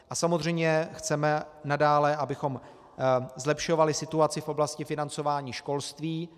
A samozřejmě chceme nadále, abychom zlepšovali situaci v oblasti financování školství.